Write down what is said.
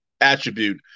attribute